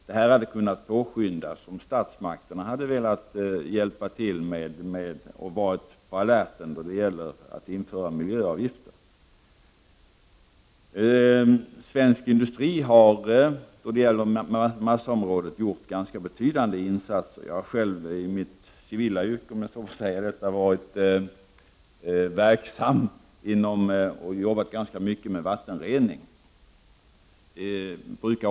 Detta hade kunnat påskyndas om statsmakterna hade velat hjälpa till och om de hade varit på alerten i fråga om att införa miljöavgifter. Svensk industri har på massaområdet gjort ganska betydande insatser. Jag har själv i mitt civila yrke varit verksam och arbetat ganska mycket med vattenrening.